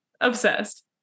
obsessed